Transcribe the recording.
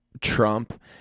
Trump